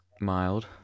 mild